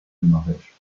norvège